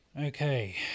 Okay